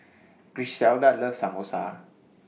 Griselda loves Samosa